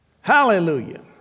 Hallelujah